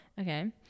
okay